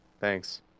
Thanks